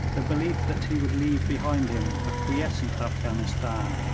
the belief that he would leave behind him a quiescent afghanistan,